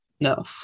No